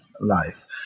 life